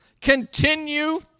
Continue